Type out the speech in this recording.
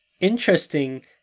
interesting